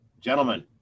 gentlemen